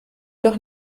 doch